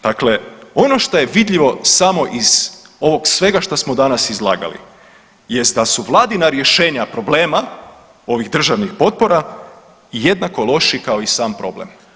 Dakle, ono što je vidljivo samo iz ovog svega što smo danas izlagali jest da su vladina rješenja problema ovih državnih potpora jednako loši kao i sam problem.